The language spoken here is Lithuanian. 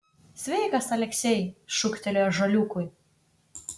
sveikas aleksej šūktelėjo žaliūkui